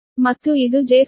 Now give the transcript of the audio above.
ಮತ್ತು ಇದು j0